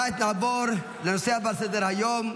כעת נעבור לנושא הבא על סדר-היום,